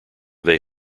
they